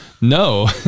no